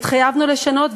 התחייבנו לשנות,